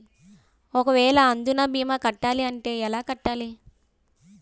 ఒక వేల అందునా భీమా కట్టాలి అంటే ఎలా కట్టాలి?